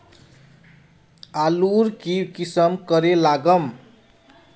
आलूर की किसम करे लागम?